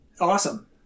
Awesome